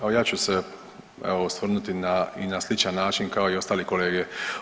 Evo ja ću se osvrnuti i na sličan način kao i ostali kolege.